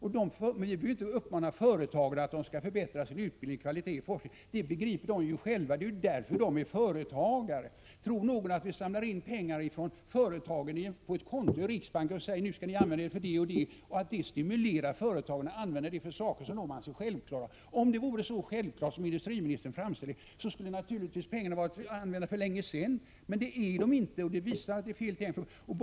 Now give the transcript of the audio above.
Vi behöver inte uppmana företagarna att förbättra sin utbildning och kvaliteten på sin forskning; det begriper de själva — det är därför de är företagare. När vi samlar in pengar från företagen och sätter dem på ett konto i riksbanken och säger: Nu skall ni använda dem till det och det — tror någon att det stimulerar företagen att använda dem till saker som de anser självklara? Om det vore så självklart som industriministern framställer det, skulle pengarna naturligtvis ha varit använda för länge sedan. Det är de inte, 19 och det visar att det hela är fel tänkt från början.